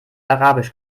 arabisch